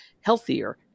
healthier